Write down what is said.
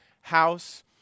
house